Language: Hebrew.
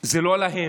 זה לא להם,